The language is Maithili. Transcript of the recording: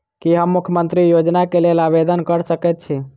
की हम मुख्यमंत्री योजना केँ लेल आवेदन कऽ सकैत छी?